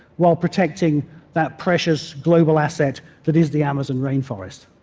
while protecting that precious global asset that is the amazon rainforest.